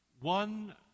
One